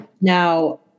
now